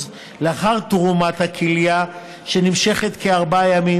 לאחר תרומת הכליה נמשכת כארבעה ימים,